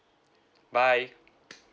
bye